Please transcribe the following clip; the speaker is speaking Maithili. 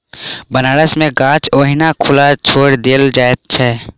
बनारस मे बाछा ओहिना खुला छोड़ि देल जाइत छै